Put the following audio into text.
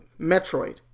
Metroid